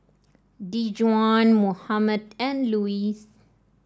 Dejuan Mohammed and Luis